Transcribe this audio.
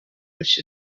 which